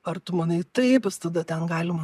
ar tu manai taip bus tada ten galima